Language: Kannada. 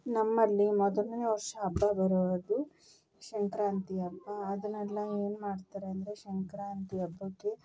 ನಮ್ಮಲ್ಲಿ ಮೊದಲನೇ ವರ್ಷ ಹಬ್ಬ ಬರುವುದು ಸಂಕ್ರಾಂತಿ ಹಬ್ಬ ಅದನೆಲ್ಲ ಏನ್ ಮಾಡ್ತಾರೆ ಅಂದರೆ ಸಂಕ್ರಾಂತಿ ಹಬ್ಬಕ್ಕೆ